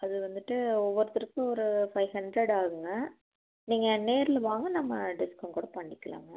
அது வந்துவிட்டு ஒவ்வொருத்தருக்கும் ஒரு ஃபைவ் ஹண்ட்ரடு ஆகுங்க நீங்கள் நேரில் வாங்க நம்ம டிஸ்கவுண்ட் கூட பண்ணிக்கலாங்க